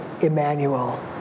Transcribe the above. Emmanuel